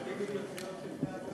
גם שותים מברזיות של בני-אדם.